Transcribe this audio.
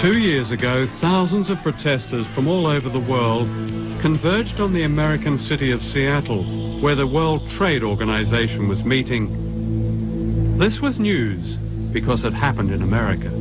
two years ago thousands of protesters from all over the world converged on the american city of seattle where the world trade organization was meeting this was news because it happened in america